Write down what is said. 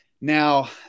Now